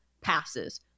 passes